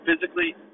physically